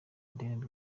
adeline